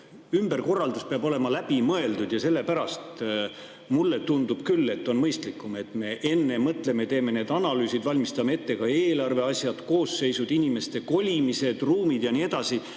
ümberkorraldus peab olema läbi mõeldud ja sellepärast mulle tundub küll, et on mõistlikum, et me enne mõtleme ja teeme analüüsid, valmistame ette ka eelarveasjad, koosseisud, inimeste kolimised, ruumid ja nii edasi